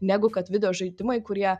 negu kad video žaidimai kurie